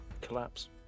collapse